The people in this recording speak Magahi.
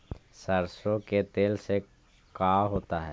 सरसों के तेल से का होता है?